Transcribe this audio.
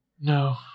No